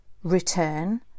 return